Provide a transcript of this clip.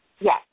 Yes